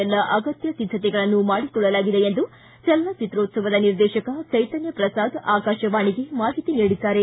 ಎಲ್ಲ ಅಗತ್ಯ ಸಿದ್ಧತೆಗಳನ್ನು ಮಾಡಿಕೊಳ್ಳಲಾಗಿದೆ ಎಂದು ಚಲನಚಿತ್ರೋತ್ಸವದ ನಿರ್ದೇಶಕ ಚೈತನ್ಯ ಪ್ರಸಾದ್ ಆಕಾಶವಾಣಿಗೆ ಮಾಹಿತಿ ನೀಡಿದ್ದಾರೆ